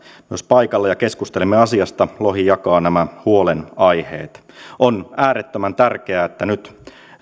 myös paikalla ja keskustelimme asiasta lohi jakaa nämä huolenaiheet on äärettömän tärkeää että nyt